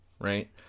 right